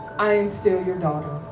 i am still your daughter,